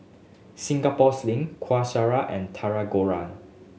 Singapore Sling Kueh Syara and Tahu Goreng